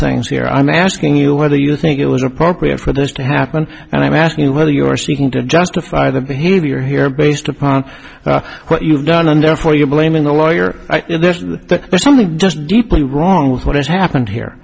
things here i'm asking you whether you think it was appropriate for this to happen and i'm asking you whether you are seeking to justify the behavior here based upon what you've done and therefore you're blaming the lawyer for something just deeply wrong with what has happened here